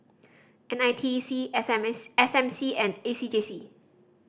N I T E C S M S S M C and A C J C